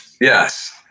yes